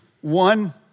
One